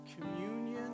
communion